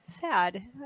sad